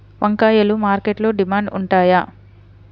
వంకాయలు మార్కెట్లో డిమాండ్ ఉంటాయా?